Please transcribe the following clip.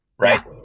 right